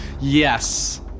yes